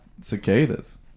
Cicadas